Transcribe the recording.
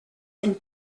and